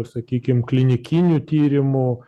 sakykim klinikinių tyrimų